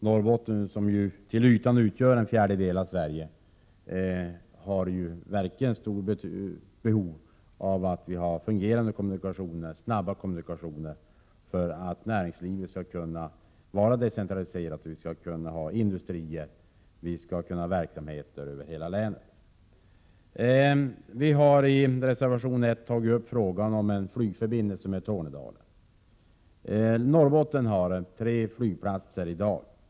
Norrbotten utgör till ytan en fjärdedel av Sverige och har verkligen stort behov av fungerande och snabba kommunikationer för att näringslivet skall kunna vara decentraliserat och för att vi skall kunna ha industrier och verksamheter över hela länet. Vi hari reservation 1 tagit upp frågan om flygförbindelse med Tornedalen. Norrbotten har tre flygplatser i dag.